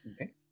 okay